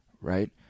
right